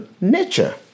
nature